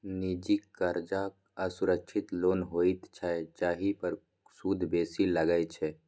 निजी करजा असुरक्षित लोन होइत छै जाहि पर सुद बेसी लगै छै